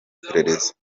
iperereza